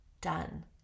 done